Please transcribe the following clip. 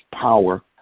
power